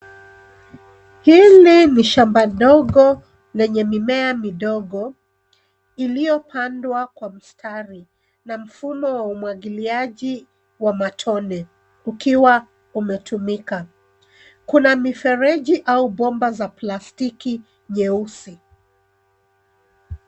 Hili ni shamba dogo lenye mimea midogo iliyopandwa kwa mistari na mfumo wa umwagiliaji wa matone ukiwa umetumika. Kuna mifereji au bomba za plastiki nyeusi.